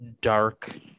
dark